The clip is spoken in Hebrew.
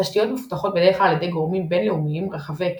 התשתיות מפותחות בדרך כלל על ידי גורמים בין-לאומיים רחבי היקף,